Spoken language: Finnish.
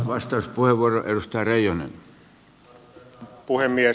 arvoisa herra puhemies